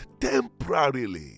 temporarily